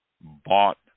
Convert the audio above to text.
bought